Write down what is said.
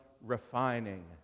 refining